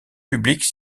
publique